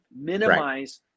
Minimize